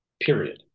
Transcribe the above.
Period